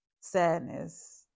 sadness